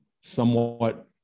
somewhat